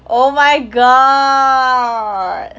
oh my god